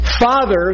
Father